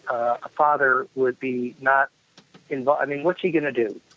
a father would be not involved. i mean, what's he going to do?